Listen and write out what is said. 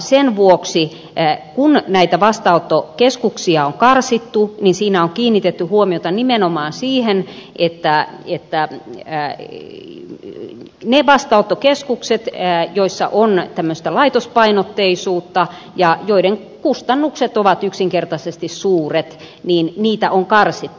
sen vuoksi kun näitä vastaanottokeskuksia on karsittu niin siinä on kiinnitetty huomiota nimenomaan siihen että niitä vastaanottokeskuksia joissa on laitospainotteisuutta ja joiden kustannukset ovat yksinkertaisesti suuret on karsittu